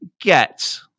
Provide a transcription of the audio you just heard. get